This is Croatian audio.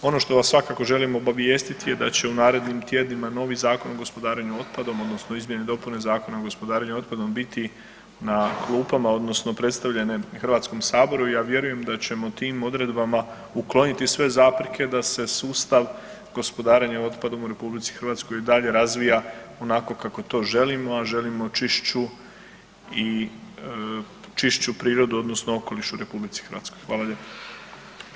Ono što vas svakako želim obavijestiti da će u narednim tjednima novi Zakon o gospodarenju otpadom odnosno izmjene i dopune Zakona o gospodarenju otpadom biti na klupama odnosno predstavljene Hrvatskom saboru i ja vjerujem da ćemo tim odredbama ukloniti sve zapreke da se sustav gospodarenjem otpadom u RH i dalje razvija onako kako to želimo, a želimo čišću i čišću prirodu odnosno okoliš u RH.